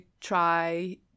try